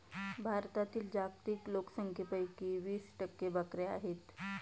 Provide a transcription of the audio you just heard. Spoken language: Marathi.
भारतातील जागतिक लोकसंख्येपैकी वीस टक्के बकऱ्या आहेत